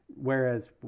whereas